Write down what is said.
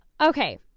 Okay